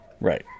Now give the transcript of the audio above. Right